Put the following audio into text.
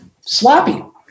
sloppy